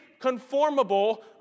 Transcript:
conformable